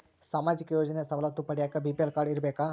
ಸಾಮಾಜಿಕ ಯೋಜನೆ ಸವಲತ್ತು ಪಡಿಯಾಕ ಬಿ.ಪಿ.ಎಲ್ ಕಾಡ್೯ ಇರಬೇಕಾ?